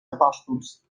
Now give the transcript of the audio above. apòstols